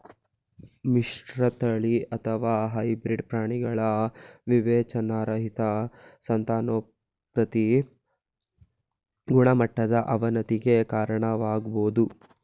ಮಿಶ್ರತಳಿ ಅಥವಾ ಹೈಬ್ರಿಡ್ ಪ್ರಾಣಿಗಳ ವಿವೇಚನಾರಹಿತ ಸಂತಾನೋತ್ಪತಿ ಗುಣಮಟ್ಟದ ಅವನತಿಗೆ ಕಾರಣವಾಗ್ಬೋದು